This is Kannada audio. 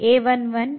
ಆಗಿದೆ